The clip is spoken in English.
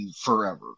forever